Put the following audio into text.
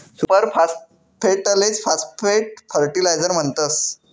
super फास्फेटलेच phosphate fertiliser म्हणतस